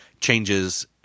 changes